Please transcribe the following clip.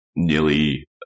Nearly